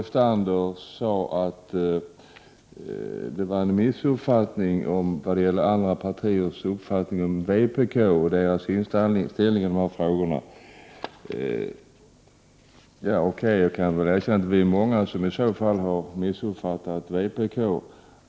Fru talman! Paul Lestander sade att andra partier missuppfattat vpk och dess inställning till de här frågorna. OK. Vi är många som i så fall har missuppfattat vpk.